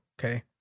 okay